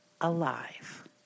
alive